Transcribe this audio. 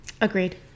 Agreed